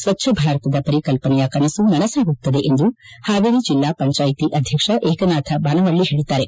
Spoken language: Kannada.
ಸ್ವಜ್ಞ ಭಾರತದ ಪರಿಕಲ್ಪನೆಯ ಕನಸು ನನಸಾಗುತ್ತದೆ ಎಂದು ಪಾವೇರಿ ಜಿಲ್ಲಾ ಪಂಜಾಯಿಕಿ ಆಧ್ವಕ್ಷ ಏಕನಾಥ ಬಾನವ್ಯ ಹೇಳದ್ದಾರೆ